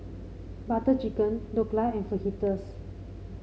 Butter Chicken Dhokla and Fajitas